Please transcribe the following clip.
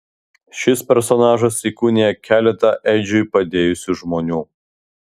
šis personažas įkūnija keletą edžiui padėjusių žmonių